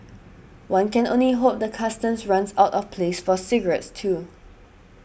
one can only hope the Customs runs out of place for cigarettes too